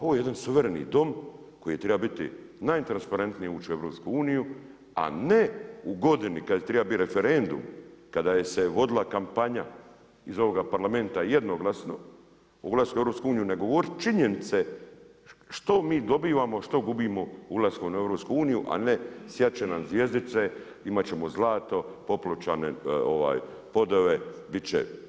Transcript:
Ovo je jedan suvereni dom koji treba biti, najtransparentnije ući u EU, a ne u godini kad triba bit referendum, kada se vodila kampanja iz ovoga Parlamenta jednoglasno o ulasku u EU ne govorit činjenice što mi dobivamo, što gubimo ulaskom u EU, a ne sjat će nam zvjezdice, imat ćemo zlato, popločane podove, bit će.